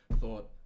thought